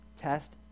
Test